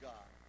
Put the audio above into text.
God